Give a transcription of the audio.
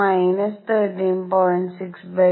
6 4 13